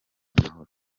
amahoro